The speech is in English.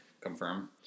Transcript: Confirm